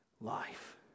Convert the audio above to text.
life